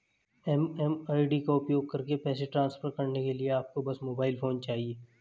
MMID का उपयोग करके पैसे ट्रांसफर करने के लिए आपको बस मोबाइल फोन चाहिए